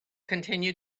continued